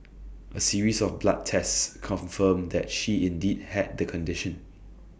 A series of blood tests confirmed that she indeed had the condition